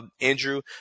Andrew